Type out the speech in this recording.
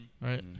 right